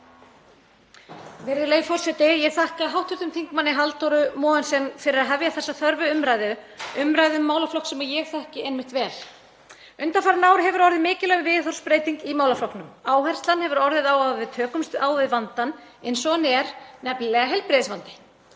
Virðulegi forseti. Ég þakka hv. þm. Halldóru Mogensen fyrir að hefja þessa þörfu umræðu, umræðu um málaflokk sem ég þekki einmitt vel. Undanfarin ár hefur orðið mikilvæg viðhorfsbreyting í málaflokknum; áherslan hefur orðið á að við tökumst á við vandann eins og hann er, nefnilega heilbrigðisvandi.